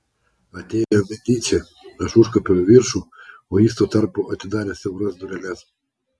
atėjo mediči aš užkopiau į viršų o jis tuo tarpu atidarė siauras dureles